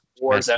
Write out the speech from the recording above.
war